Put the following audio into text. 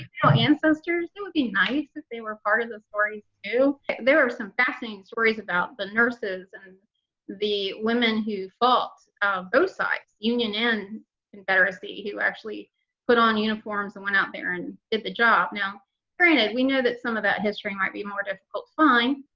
so ancestors it would be nice that they were part of the story, too there are some fascinating stories about the nurses and the women who fought both sides union in confederacy who actually put on uniforms and went out there and hit the job now brina we know that some of that history might be more difficult fine.